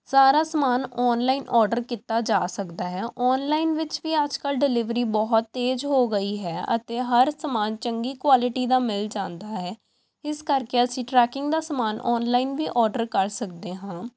ਸਾਰਾ ਸਮਾਨ online order ਕੀਤਾ ਜਾ ਸਕਦਾ ਹੈ ਔਨਲਾਈਨ ਵਿੱਚ ਵੀ ਅੱਜ ਕੱਲ੍ਹ ਡਿਲੀਵਰੀ ਬਹੁਤ ਤੇਜ਼ ਹੋ ਗਈ ਹੈ ਅਤੇ ਹਰ ਸਮਾਨ ਚੰਗੀ ਕੁਆਲਿਟੀ ਦਾ ਮਿਲ ਜਾਂਦਾ ਹੈ ਇਸ ਕਰਕੇ ਅਸੀਂ ਟਰੈਕਿੰਗ ਦਾ ਸਮਾਨ ਔਨਲਾਈਨ ਵੀ ਆਰਡਰ ਕਰ ਸਕਦੇ ਹਾਂ